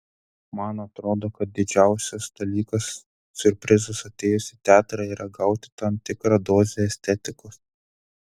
man atrodo kad didžiausias dalykas siurprizas atėjus į teatrą yra gauti tam tikrą dozę estetikos